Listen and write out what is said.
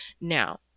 Now